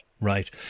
Right